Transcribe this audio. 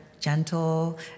gentle